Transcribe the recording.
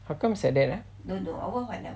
how come it's like that ah